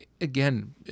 Again